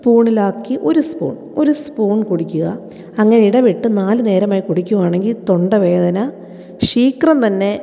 സ്പൂണിലാക്കി ഒരു സ്പൂൺ ഒരു സ്പൂൺ കുടിക്കുക അങ്ങനെ ഇടപെട്ട് നാല് നേരമായി കുടിക്കുയാണെങ്കിൽ തൊണ്ടവേദന ശീക്രം തന്നെ